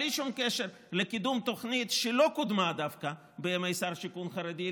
בלי שום קשר לקידום תוכנית שלא קודמה דווקא בימי שר שיכון חרדי,